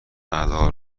علی